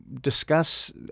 discuss